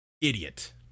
Idiot